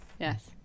Yes